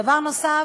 דבר נוסף,